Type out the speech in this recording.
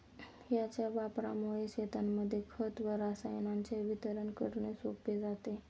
याच्या वापरामुळे शेतांमध्ये खत व रसायनांचे वितरण करणे सोपे जाते